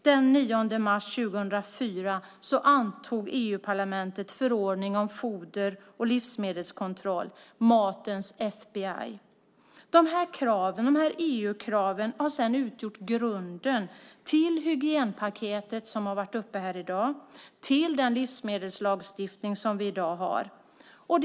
Den 9 mars 2004 antog EU-parlamentet en förordning om foder och livsmedelskontroll, matens FBI. De här EU-kraven har sedan utgjort grunden till hygienpaketet, som har varit uppe här i dag, och till den livsmedelslagstiftning som vi har i dag.